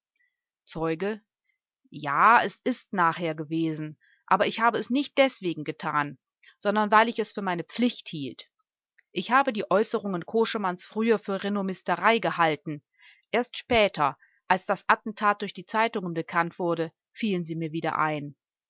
zeuge ja es ist nachher gewesen aber ich habe es nicht deswegen getan sondern weil ich es für meine pflicht hielt ich habe die äußerungen koschemanns früher für renommisterei gehalten erst später als das attentat durch die zeitungen bekannt wurde fielen sie mir wieder ein